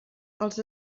als